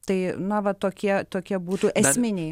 tai na va tokie tokie būtų esminiai